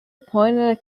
appointed